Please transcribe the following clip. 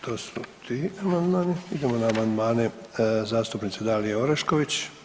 To su ti amandmani, idemo na amandmane zastupnice Dalije Orešković.